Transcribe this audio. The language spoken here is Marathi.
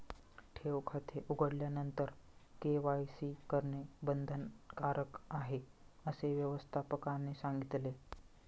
ठेव खाते उघडल्यानंतर के.वाय.सी करणे बंधनकारक आहे, असे व्यवस्थापकाने सांगितले